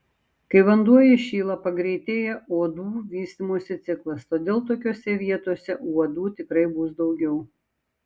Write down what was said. kai vanduo įšyla pagreitėja uodų vystymosi ciklas todėl tokiose vietose uodų tikrai bus daugiau